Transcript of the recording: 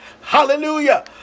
Hallelujah